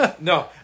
No